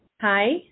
Hi